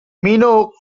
minogue